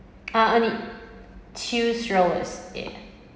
ah I need two strollers yeah